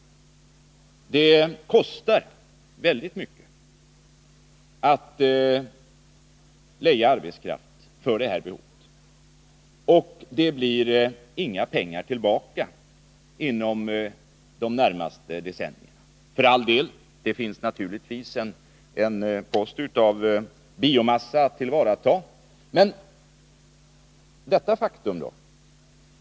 Det kostar väldigt mycket att leja arbetskraft för detta behov, och det blir inga pengar tillbaka inom de närmaste decennierna. Det finns för all del en post av biomassa att tillvarata. Men det verkar vara ett bortglömt faktum.